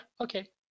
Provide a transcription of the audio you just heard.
okay